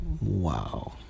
Wow